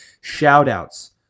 shout-outs